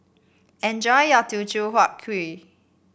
enjoy your Teochew Huat Kuih